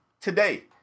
today